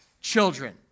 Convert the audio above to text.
Children